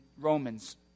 Romans